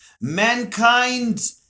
mankind